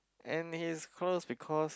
and he's close because